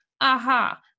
aha